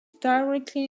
directly